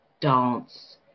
dance